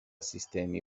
sistemi